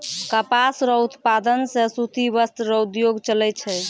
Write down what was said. कपास रो उप्तादन से सूती वस्त्र रो उद्योग चलै छै